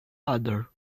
other